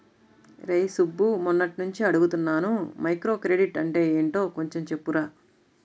రేయ్ సుబ్బు, మొన్నట్నుంచి అడుగుతున్నాను మైక్రోక్రెడిట్ అంటే యెంటో కొంచెం చెప్పురా